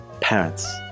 parents